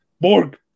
Borg